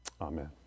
amen